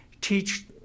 teach